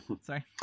Sorry